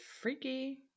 Freaky